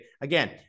Again